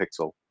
Pixel